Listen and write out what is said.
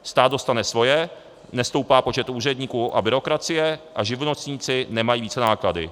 Stát dostane svoje, nestoupá počet úředníků a byrokracie a živnostníci nemají vícenáklady.